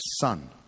son